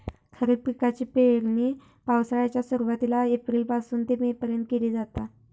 खरीप पिकाची पेरणी पावसाळ्याच्या सुरुवातीला एप्रिल पासून ते मे पर्यंत केली जाता